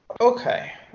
Okay